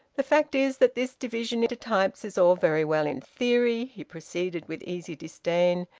the fact is that this division into types is all very well in theory, he proceeded, with easy disdain.